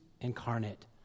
incarnate